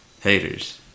haters